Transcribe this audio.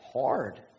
hard